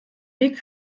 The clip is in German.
weg